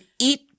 eat